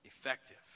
effective